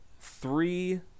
three